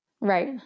right